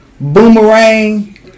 Boomerang